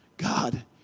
God